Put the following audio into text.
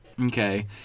Okay